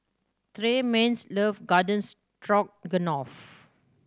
Tremayne's love Garden Stroganoff